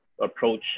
approach